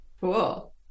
cool